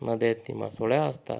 नद्यातनी मासोळ्या असतात